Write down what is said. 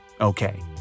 Okay